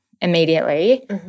immediately